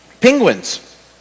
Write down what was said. Penguins